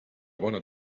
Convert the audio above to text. bona